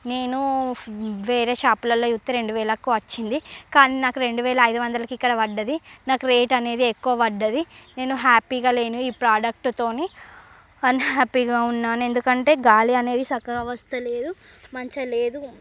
నేను వేరే షాప్లలో చూస్టే రెండు వేలకి వచ్చింది కానీ నాకు రెండు వేల అయిదు వందలకి ఇక్కడ పడ్డది నాకు రేట్ అనేది ఎక్కువ పడ్డది నేను హ్యాపీగా లేను ఈ ప్రోడక్ట్ తోని అన్ హ్యాపీగా ఉన్నాయను ఎందుకంటే గాలి అనేది సక్కగా వస్తలేదు మంచిగా లేదు